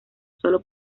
solo